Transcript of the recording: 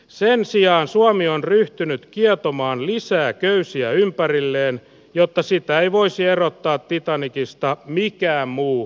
sen sijaan suomi on ryhtynyt cia tuomaan lisää köysiä ympärilleen jotta siitä ei voisi erottaa titanicista mikään muu